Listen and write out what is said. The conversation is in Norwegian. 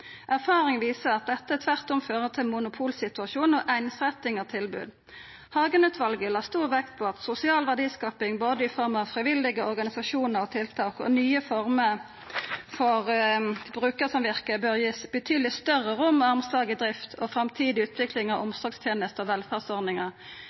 Erfaring viser at dette tvert om fører til monopolsituasjon og einsretting av tilbod. Hagen-utvalet la stor vekt på at sosial verdiskaping både i form av frivillige organisasjonar og tiltak og nye former for brukarsamvirke bør verta gitt betydeleg større rom og armslag i drift og framtidig utvikling av